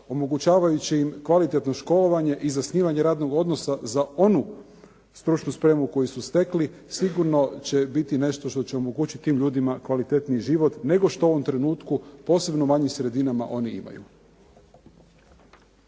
omogućavajući im kvalitetno školovanje i zasnivanje radnog odnosa za onu stručnu spremu koju su stekli, sigurno će biti nešto što će omogućiti tim ljudima kvalitetniji život nego što u ovom trenutku u posebno manjim sredinama oni imaju.